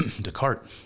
Descartes